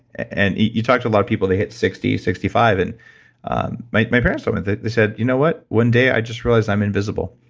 and you talk to a lot of people, they hit sixty, sixty five, and my my parents told me, they said, you know what, one day, i just realized i'm invisible.